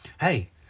hey